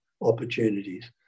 opportunities